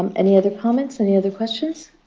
um any other comments? any other questions?